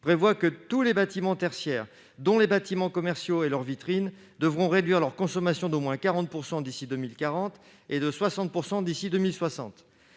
prévoit que tous les bâtiments tertiaires, dont les bâtiments commerciaux et leurs vitrines, devront réduire leur consommation d'au moins 40 % d'ici à 2040 et de 60 % d'ici à 2060.